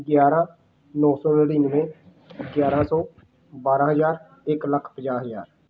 ਗਿਆਰਾਂ ਨੌਂ ਸੌ ਨੜ੍ਹਿਨਵੇਂ ਗਿਆਰਾਂ ਸੌ ਬਾਰਾਂ ਹਜ਼ਾਰ ਇੱਕ ਲੱਖ ਪੰਜਾਹ ਹਜ਼ਾਰ